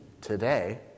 today